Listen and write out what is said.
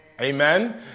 Amen